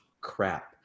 crap